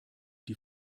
die